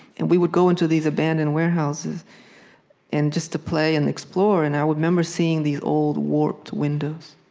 and we would go into these abandoned warehouses and just to play and explore, and i remember seeing these old, warped windows,